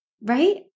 Right